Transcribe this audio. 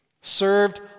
served